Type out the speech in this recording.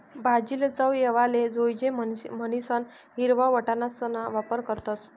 भाजीले चव येवाले जोयजे म्हणीसन हिरवा वटाणासणा वापर करतस